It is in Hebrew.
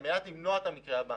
על מנת למנוע את המקרה הבא.